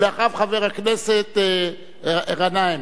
אחריו, חבר הכנסת גנאים,